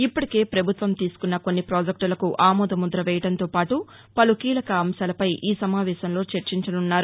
ఇప్పటికే ప్రభుత్వం తీసుకున్న కొన్ని పాజెక్టులకు ఆమోద ముద్ర వేయడంతో పాటు పలు కీలక అంశాలపై ఈసమావేశంలో చర్చించనున్నారు